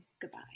goodbye